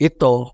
Ito